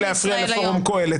ולא שזה לגיטימי להפריע לפורום קהלת,